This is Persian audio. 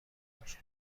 باشد